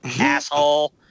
asshole